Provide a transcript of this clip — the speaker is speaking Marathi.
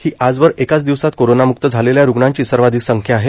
ही आजवर एकाच दिवसात कोरोनाम्क्त झालेल्या रुग्णांची सर्वाधिक संख्या आहे